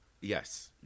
Yes